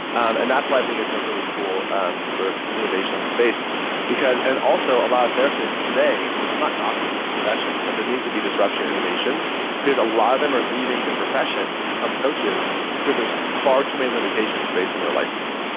and that's why i think it's a really cool um sort of innovation in the space because, and also a lot of therapists today, i'm not knocking the profession, but there needs to be disruption innovation because a lot of them are leaving the profession to become coaches because there's far too many limitations based on their license.